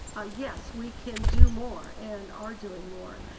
ah yes, we can do more and are doing more.